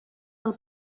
del